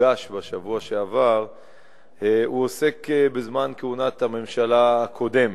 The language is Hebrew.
שהוגש בשבוע שעבר עוסק בזמן כהונת הממשלה הקודמת.